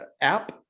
app